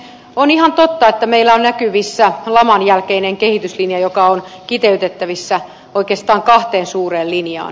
on ihan totta että meillä on näkyvissä laman jälkeinen kehityslinja joka on kiteytettävissä oikeastaan kahteen suureen linjaan